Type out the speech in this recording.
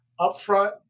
upfront